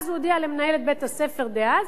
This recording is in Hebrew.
ואז הוא הודיע למנהלת בית-הספר דאז,